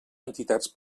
entitats